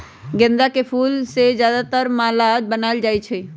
गेंदा के फूल से ज्यादातर माला बनाएल जाई छई